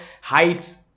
heights